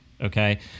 okay